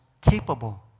capable